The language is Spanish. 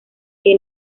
que